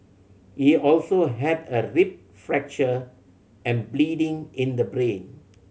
he also had a rib fracture and bleeding in the brain